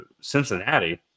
Cincinnati